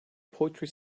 poetry